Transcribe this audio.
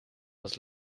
was